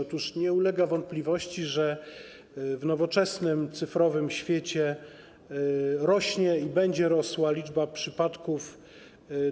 Otóż nie ulega wątpliwości, że w nowoczesnym cyfrowym świecie rośnie i będzie rosła liczba przypadków